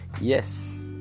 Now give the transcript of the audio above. yes